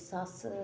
सस्स